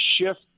shift